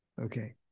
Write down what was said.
Okay